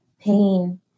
pain